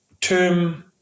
term